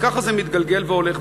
וככה זה מתגלגל והולך,